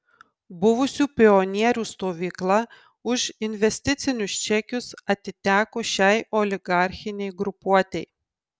buvusių pionierių stovykla už investicinius čekius atiteko šiai oligarchinei grupuotei